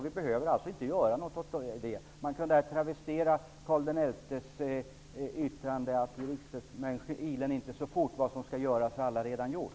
Vi behöver inte göra något åt det. Där kan man travestera Karl XI:s yttrande och säga: I riksdagsmän ilen icke så fort. Vad som skall göras är allaredan gjort.